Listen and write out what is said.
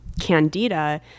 candida